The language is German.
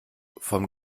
vom